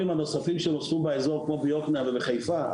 הנוספים שנוספו באזור כמו ביוקנעם ובחיפה.